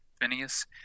Phineas